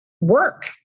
work